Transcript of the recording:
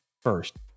first